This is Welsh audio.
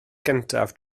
gyntaf